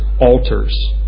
altars